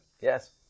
Yes